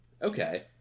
okay